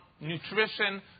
nutrition